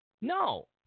no